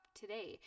today